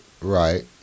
Right